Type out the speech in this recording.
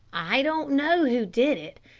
i don't know who did it.